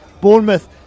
bournemouth